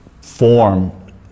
form